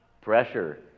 Pressure